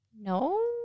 no